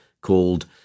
called